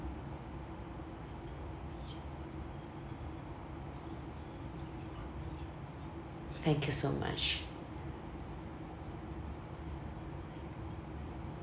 thank you so much